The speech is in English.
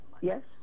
Yes